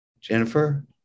Jennifer